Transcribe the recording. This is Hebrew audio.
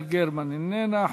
יעל גרמן, אינה נוכחת.